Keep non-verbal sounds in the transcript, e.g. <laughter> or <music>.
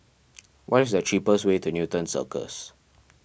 <noise> what is the cheapest way to Newton Circus